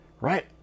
right